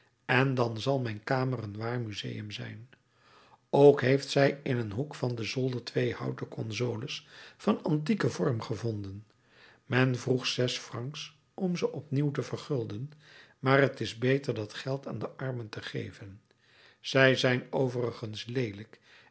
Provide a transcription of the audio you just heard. en dan zal mijn kamer een waar museum zijn ook heeft zij in een hoek van den zolder twee houten consoles van antieken vorm gevonden men vroeg zes franks om ze opnieuw te vergulden maar t is beter dat geld aan de armen te geven zij zijn overigens leelijk